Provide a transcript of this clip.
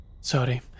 sorry